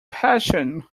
passion